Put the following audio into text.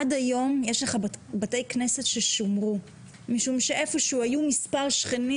עד היום יש בתי כנסת ששומרו משום שהיו מספר שכנים